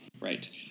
Right